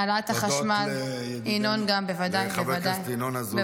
העלאת החשמל --- הודות לחבר הכנסת ינון אזולאי.